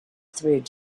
through